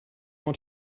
want